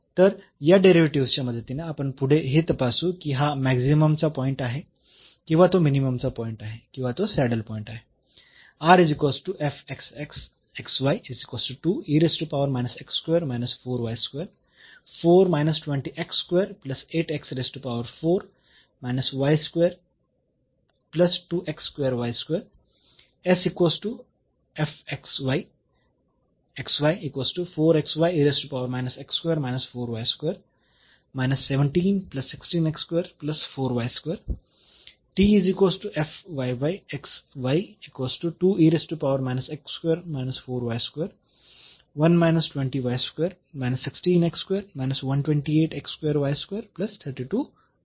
तर या डेरिव्हेटिव्हस् च्या मदतीने आपण पुढे हे तपासू की हा मॅक्सिममचा पॉईंट आहे किंवा तो मिनिममचा पॉईंट आहे किंवा तो सॅडल पॉईंट आहे